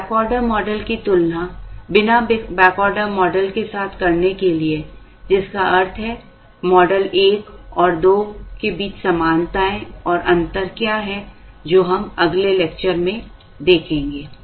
एक backorder model की तुलना बिना बैकऑर्डर के मॉडल के साथ करने के लिए जिसका अर्थ है मॉडल 1 और 2 के बीच समानताएं और अंतर जो हम अगले लेक्चर में देखेंगे